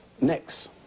Next